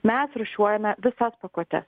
mes rūšiuojame visas pakuotes